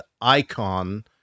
icon